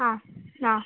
ആ ആ